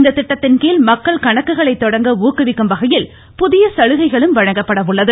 இந்த திட்டத்தின்கீழ் மக்கள் கணக்குகளை தொடங்க ஊக்குவிக்கும் வகையில் புதிய சலுகைகளும் வழங்கப்பட உள்ளது